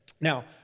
Now